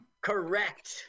Correct